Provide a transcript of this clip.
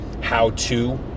how-to